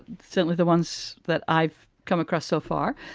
certainly the ones that i've come across so far,